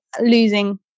losing